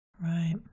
Right